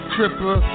Tripper